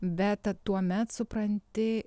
bet tuomet supranti